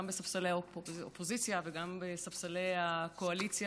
גם בספסלי האופוזיציה וגם בספסלי הקואליציה,